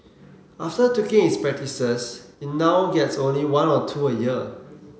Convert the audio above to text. after tweaking its practices it now gets only one or two a year